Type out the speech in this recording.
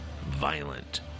violent